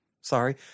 Sorry